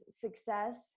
success